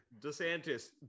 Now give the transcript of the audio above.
DeSantis